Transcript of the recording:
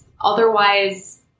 otherwise